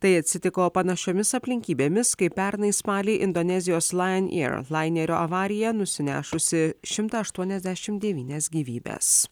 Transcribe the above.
tai atsitiko panašiomis aplinkybėmis kai pernai spalį indonezijos lion air lainerio avarija nusinešusi šimtas aštuoniasdešim devynias gyvybes